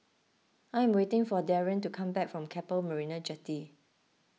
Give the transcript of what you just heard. I am waiting for Darien to come back from Keppel Marina Jetty